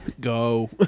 Go